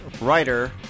Writer